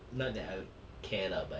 not that I care lah but